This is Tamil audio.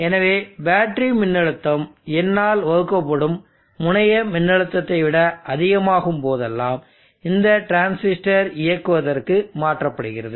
எனவே பேட்டரி மின்னழுத்தம் n ஆல் வகுக்கப்படும் முனைய மின்னழுத்தத்தை விட அதிகமாகும் போதெல்லாம் இந்த டிரான்சிஸ்டர் இயக்குவதற்கு மாற்றப்படுகிறது